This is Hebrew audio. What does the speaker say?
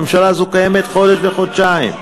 הממשלה הזו קיימת חודש וחודשיים.